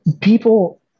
people